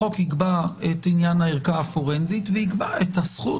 החוק יקבע את עניין הערכה הפורנזית ויקבע את הזכות